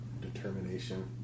determination